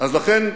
אז לכן,